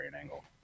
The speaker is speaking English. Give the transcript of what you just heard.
angle